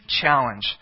Challenge